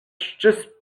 just